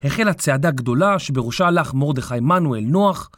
החלה צעדה גדולה שבראשה הלך מרדכי עמנואל נוח